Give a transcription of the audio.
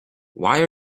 why